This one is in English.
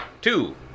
Two